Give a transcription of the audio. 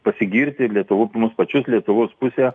pasigirti lietuva mus pačius lietuvos pusę